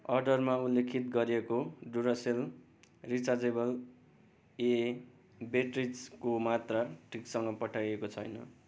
अर्डरमा उल्लेखित गरिएको डुरासेल रिचार्जेबल एए बेट्रिजको मात्रा ठिकसँग पठाइएको छैन